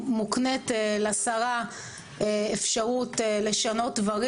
מוקנית לשרה אפשרות לשנות דברים.